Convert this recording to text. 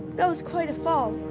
that was quite a fall.